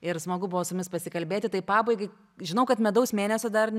ir smagu buvo su jumis pasikalbėti tai pabaigai žinau kad medaus mėnesio dar